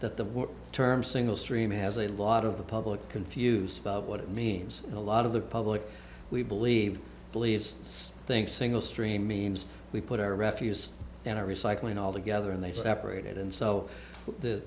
that the term single stream has a lot of the public confused about what it means a lot of the public we believe believes think single stream means we put our refuse in a recycling altogether and they separated and so the